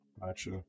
Gotcha